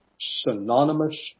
synonymous